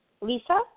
Lisa